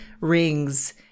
rings